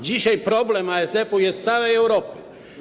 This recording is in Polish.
Dzisiaj problem ASF-u jest w całej Europie.